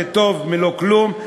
זה טוב מלא-כלום,